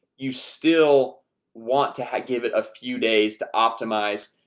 you still want to give it a few days to optimize?